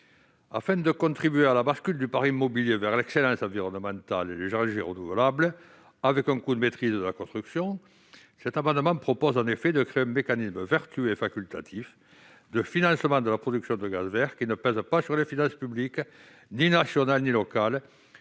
Afin de contribuer à la bascule du parc immobilier vers l'excellence environnementale et les énergies renouvelables avec un coût maîtrisé de la construction, cet amendement tend en effet à créer un mécanisme vertueux et facultatif de financement de la production de gaz vert qui ne pèse pas sur les finances publiques nationales ou locales